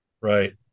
Right